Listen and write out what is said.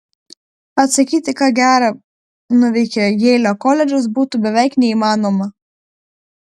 atsakyti ką gera nuveikė jeilio koledžas būtų beveik neįmanoma